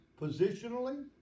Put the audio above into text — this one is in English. positionally